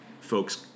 folks